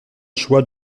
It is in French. choix